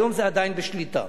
היום זה עדיין בשליטה,